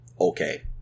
okay